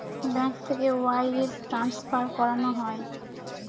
bank থেকে wire transfer করানো হয়